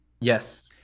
Yes